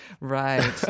Right